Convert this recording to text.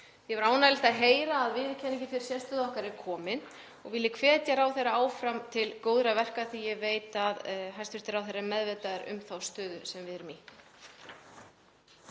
Því var ánægjulegt að heyra að viðurkenningin fyrir sérstöðu okkar er komin og vil ég hvetja ráðherra áfram til góðra verka því að ég veit að hæstv. ráðherra er meðvitaður um þá stöðu sem við erum í.